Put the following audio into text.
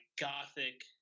gothic